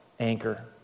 anchor